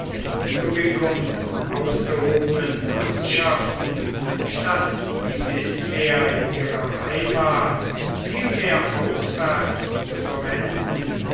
illyricum ausgehobenen mannschaften statt wie bisher in ihrer heimat vielmehr auswärts zu verwenden